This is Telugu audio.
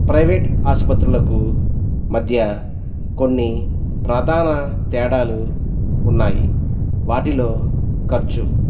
ప్రైవేట్ ఆసుపత్రులకు మధ్య కొన్ని ప్రధాన తేడాలు ఉన్నాయి వాటిలో ఖర్చు